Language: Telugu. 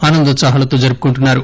ఆనందోత్సాహాలతో జరుపుకుంటున్నారు